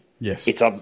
Yes